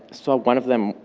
saw one of them,